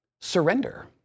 Surrender